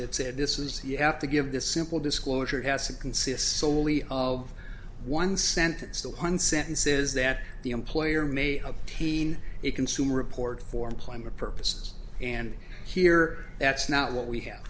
that said this was you have to give this simple disclosure has to consist solely of one sentence the one sentence is that the employer may obtain a consumer report for employment purposes and here that's not what we have